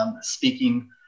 speaking